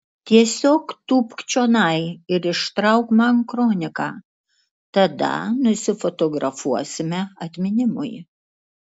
tiesiog tūpk čionai ir ištrauk man kroniką tada nusifotografuosime atminimui